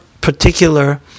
particular